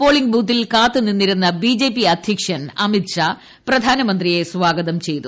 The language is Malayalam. പോളിംഗ്ബൂത്തിൽ കാത്തുനിന്നിരുന്ന ബി ജെ പി അധ്യക്ഷൻ അമിത് ഷാ പ്രധാനമന്ത്രിയെ സ്വാഗതം ചെയ്തു